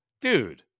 dude